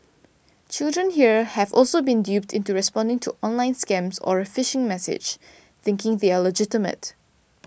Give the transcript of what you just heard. children here have also been duped into responding to online scams or a phishing message thinking they are legitimate